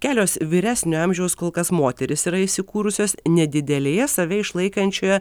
kelios vyresnio amžiaus kol kas moterys yra įsikūrusios nedidelėje save išlaikančioje